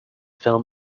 film